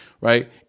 right